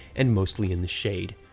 and mostly in the shade.